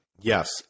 Yes